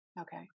Okay